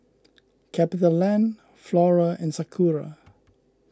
CapitaLand Flora and Sakura